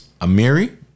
Amiri